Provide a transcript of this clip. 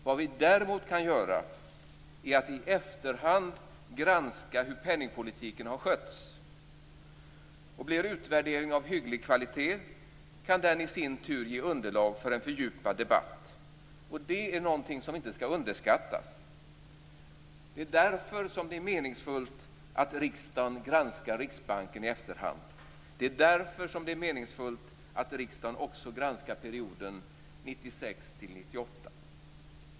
Vad vi däremot kan göra är att i efterhand granska hur penningpolitiken har skötts. Blir det en utvärdering av hygglig kvalitet kan den i sin tur ge underlag för en fördjupad debatt, och detta är någonting som inte skall underskattas. Det är därför som det är meningsfullt att riksdagen granskar Riksbanken i efterhand. Det är därför som det är meningsfullt att riksdagen också granskar perioden 1996-1998.